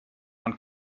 man